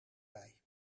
bij